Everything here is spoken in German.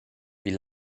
wie